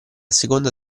seconda